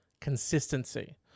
consistency